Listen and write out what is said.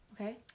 Okay